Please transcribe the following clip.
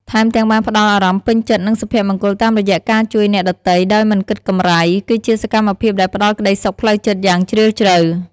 ថែមទាំងបានផ្ដល់អារម្មណ៍ពេញចិត្ត និងសុភមង្គលតាមរយៈការជួយអ្នកដទៃដោយមិនគិតកម្រៃ គឺជាសកម្មភាពដែលផ្ដល់ក្ដីសុខផ្លូវចិត្តយ៉ាងជ្រាលជ្រៅ។